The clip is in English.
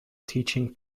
teaching